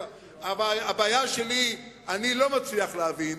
הבעיה שלי, אני לא מצליח להבין,